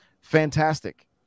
fantastic